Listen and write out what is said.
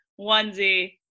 onesie